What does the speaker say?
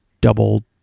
double